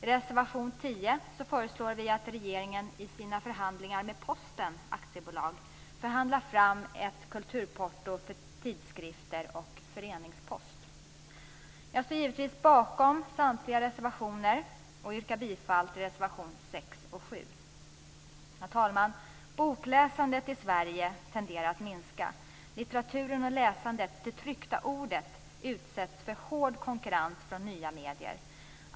I reservation 10 föreslår vi att regeringen i sina förhandlingar med Posten AB förhandlar fram ett kulturporto för tidskrifter och föreningspost. Jag står givetvis bakom samtliga reservationer och yrkar bifall till reservationerna 6 och 7. Fru talman! Bokläsandet i Sverige tenderar att minska. Litteraturen och läsandet, det tryckta ordet, utsätts för hård konkurrens från nya medier.